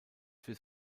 für